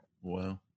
wow